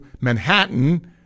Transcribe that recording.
Manhattan